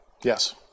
Yes